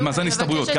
זה מאזן הסתברויות,